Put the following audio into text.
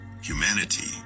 Humanity